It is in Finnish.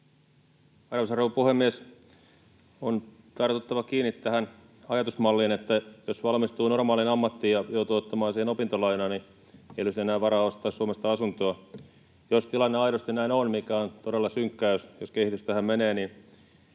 rouva puhemies! On tartuttava kiinni tähän ajatusmalliin, että jos valmistuu normaaliin ammattiin ja joutuu ottamaan siihen opintolainaa, niin ei olisi enää varaa ostaa Suomesta asuntoa. Jos tilanne aidosti näin on, mikä on todella synkkää, jos kehitys tähän menee, niin